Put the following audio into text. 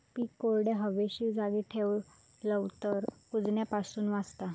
पीक कोरड्या, हवेशीर जागी ठेवलव तर कुजण्यापासून वाचता